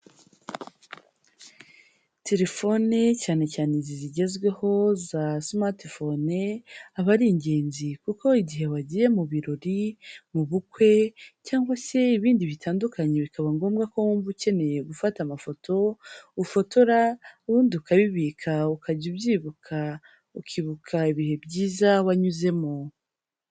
Telefone cyane cyane izi zigezweho za simati fone, aba ari ingenzi kuko igihe wagiye mu birori, mu bukwe cyangwa se ibindi bitandukanye bikaba ngombwa ko wumva ukeneye gufata amafoto, ufotora ubundi ukabibika ukajya ubyibuka, ukibuka ibihe byiza wanyuzemo.